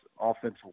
offensive